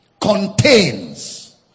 contains